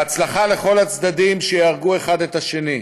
בהצלחה לכל הצדדים, שיהרגו אחד את השני.